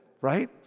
right